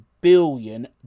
billion